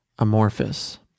amorphous